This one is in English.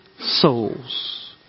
Souls